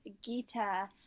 Gita